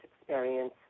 experience